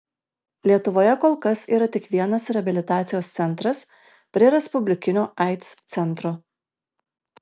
lietuvoje kol kas yra tik vienas reabilitacijos centras prie respublikinio aids centro